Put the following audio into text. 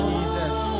Jesus